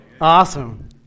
Awesome